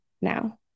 now